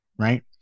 right